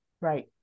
Right